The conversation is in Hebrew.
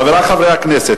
חברי חברי הכנסת,